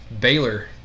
Baylor